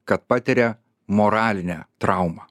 kad patiria moralinę traumą